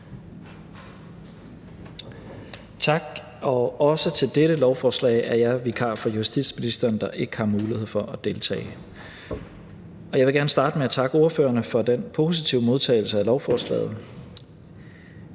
Tak. Også til dette lovforslag er jeg vikar for justitsministeren, der ikke har mulighed for at deltage. Jeg vil gerne starte med at takke ordførerne for den positive modtagelse af lovforslaget.